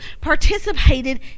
participated